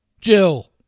Jill